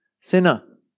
sinner